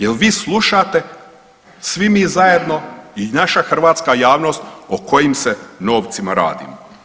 Jel bi slušate, svi mi zajedno i naša hrvatska javnost o kojim se novcima radi.